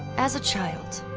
as a child,